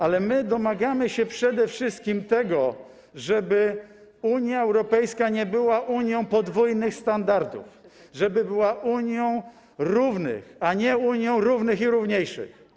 Ale my domagamy się przede wszystkim tego, żeby Unia Europejska nie była Unią podwójnych standardów, żeby była Unią równych, a nie Unią równych i równiejszych.